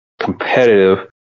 competitive